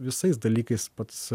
visais dalykais pats